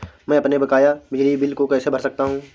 मैं अपने बकाया बिजली बिल को कैसे भर सकता हूँ?